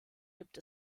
gibt